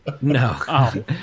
No